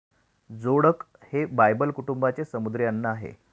जोडक हे बायबल कुटुंबाचे समुद्री अन्न आहे